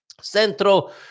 Centro